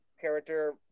character